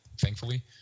thankfully